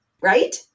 Right